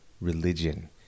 religion